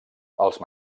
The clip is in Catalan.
els